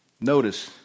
Notice